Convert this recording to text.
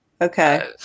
Okay